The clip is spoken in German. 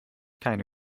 keine